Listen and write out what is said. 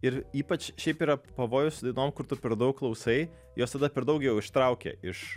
ir ypač šiaip yra pavojus su dainom kur tu per daug klausai jos tada per daug jau ištraukia iš